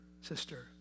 sister